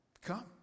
come